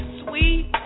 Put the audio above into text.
sweet